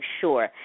sure